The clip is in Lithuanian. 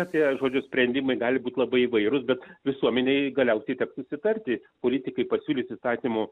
apie žodžiu sprendimai gali būti labai įvairūs bet visuomenei galiausiai teks susitarti politikai pasiūlyti taikymo